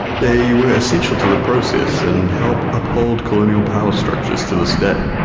they were essential to the process and help uphold colonial power structures to this day,